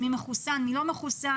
מי מחוסן ומי לא מחוסן,